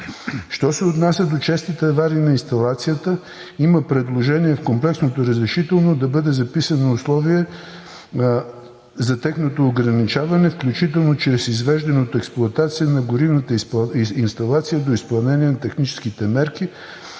Що се отнася до честите аварии на инсталацията, има предложение в комплексното разрешително да бъде записано условие за тяхното ограничаване, включително чрез извеждане от експлоатация на горивната инсталация до изпълнение на техническите мерки,